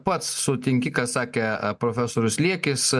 pats sutinki ką sakė profesorius liekis